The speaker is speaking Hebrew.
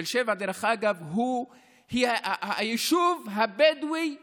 תל שבע, דרך אגב, היא היישוב הבדואי הראשון,